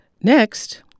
Next